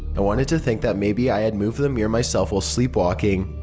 i wanted to think that maybe i had moved the mirror myself while sleepwalking.